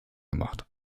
gemacht